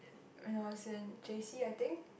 when was in J_C I think